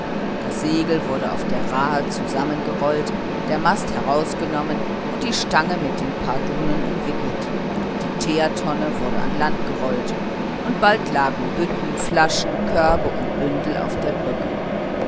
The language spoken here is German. das segel wurde auf der rahe zusammengerollt der mast herausgenommen und die stange mit den pardunen umwickelt die teertonne wurde an land gerollt und bald lagen bütten flaschen körbe und bündel auf der brücke